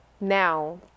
now